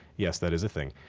yes, that is a thing,